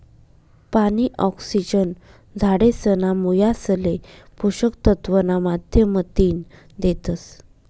पानी, ऑक्सिजन झाडेसना मुयासले पोषक तत्व ना माध्यमतीन देतस